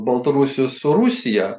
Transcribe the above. baltarusių su rusija